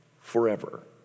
forever